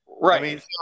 Right